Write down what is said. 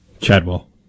Chadwell